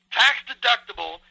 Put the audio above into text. tax-deductible